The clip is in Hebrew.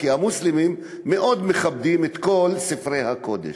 כי המוסלמים מאוד מכבדים את כל ספרי הקודש.